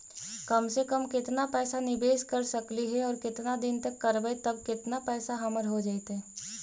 कम से कम केतना पैसा निबेस कर सकली हे और केतना दिन तक करबै तब केतना पैसा हमर हो जइतै?